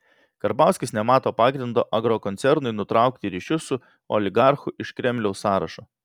karbauskis nemato pagrindo agrokoncernui nutraukti ryšius su oligarchu iš kremliaus sąrašo